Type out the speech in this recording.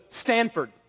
Stanford